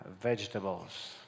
vegetables